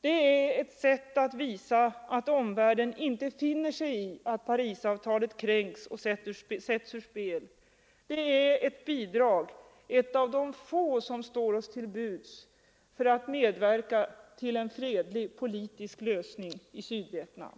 Det är ett sätt att visa att omvärlden inte finner sig i att Parisavtalet kränks och sätts ur spel. Det är ett bidrag, ett av de få som står oss till buds, för att medverka till en fredlig politisk lösning i Sydvietnam.